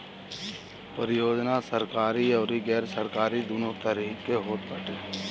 परियोजना सरकारी अउरी गैर सरकारी दूनो तरही के होत बाटे